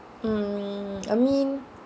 mm I mean